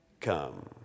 come